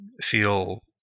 feel